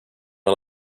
ela